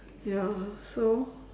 ya so